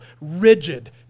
rigid